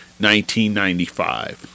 1995